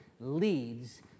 leads